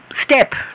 step